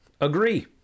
agree